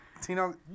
Tino